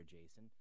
Jason